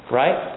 right